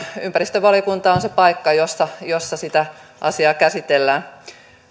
ympäristövaliokunta on se paikka jossa sitä asiaa käsitellään